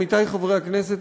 עמיתי חברי הכנסת,